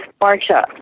Marcia